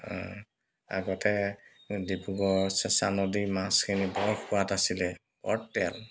আগতে ডিব্ৰুগড় চেঁচা নদীৰ মাছখিনি বৰ সোৱাদ আছিলে বৰ তেল